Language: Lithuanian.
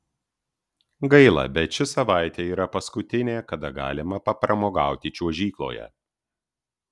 gaila bet ši savaitė yra paskutinė kada galima papramogauti čiuožykloje